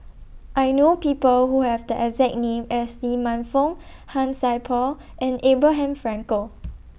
I know People Who Have The exact name as Lee Man Fong Han Sai Por and Abraham Frankel